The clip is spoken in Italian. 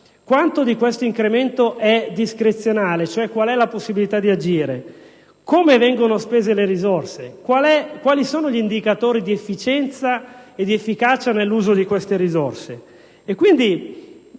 quanto di tale incremento è discrezionale (cioè qual è la possibilità di agire), come vengono spese le risorse e quali sono gli indicatori di efficienza ed efficacia nell'uso di queste risorse.